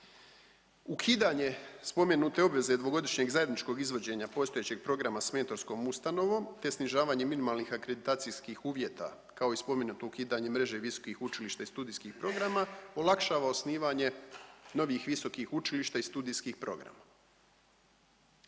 Ukidanje spomenute obveze dvogodišnjeg zajedničkog izvođenja postojećeg programa sa mentorskom ustanovom, te snižavanje minimalnih akreditacijskih uvjeta kao i spomenuto ukidanje mreže visokih učilišta i studijskih programa olakšava osnivanje novih visokih učilišta i studijskih programa.